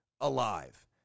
alive